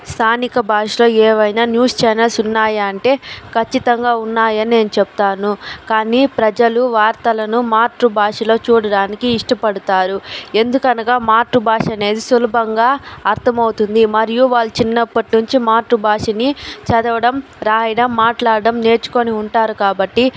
స్థానిక భాషలో ఏవైనా న్యూస్ చానల్స్ ఉన్నాయా అంటే కచ్చితంగా ఉన్నాయి అని నేను చెప్తాను కానీ ప్రజలు వార్తలను మాతృభాషలో చూడడానికి ఇష్టపడుతారు ఎందుకనగా మాతృభాష అనేది సులభంగా అర్థమవుతుంది మరియు వాళ్ళు చిన్నప్పటినుంచి మాతృభాషని చదవడం రాయడం మాట్లాడడం నేర్చుకోని ఉంటారు కాబట్టి